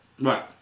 Right